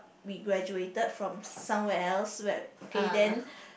we graduated from somewhere else w~ okay then